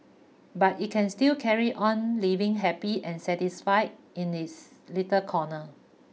but it can still carry on living happy and satisfied in its little corner